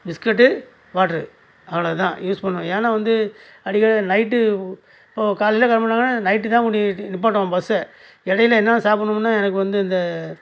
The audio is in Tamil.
பிஸ்கெட்டு வாட்டரு அவ்வளோதான் யூஸ் பண்ணுவேன் ஏன்னா வந்து அடிக்கடி நைட்டு காலைல கிளம்புனா நைட்டு தான் கொண்டு நிப்பாட்டுவான் பஸ்ஸை இடையில எதனா சாப்பிட்டமுன்னா எனக்கு வந்து இந்த